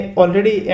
already